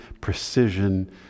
precision